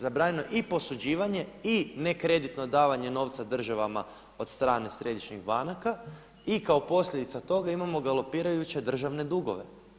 Zabranjeno je i posuđivanje i nekreditno davanje novca državama od strane središnjih banaka i kao posljedica toga imamo galopirajuće državne dugove.